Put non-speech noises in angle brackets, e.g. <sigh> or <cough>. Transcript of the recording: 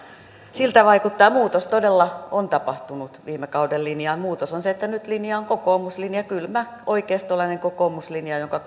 siltä vaikuttaa ja muutos todella on tapahtunut viime kauden linjaan muutos on se että nyt linja on kokoomuslinja kylmä oikeistolainen kokoomuslinja jonka <unintelligible>